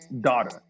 daughter